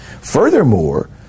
Furthermore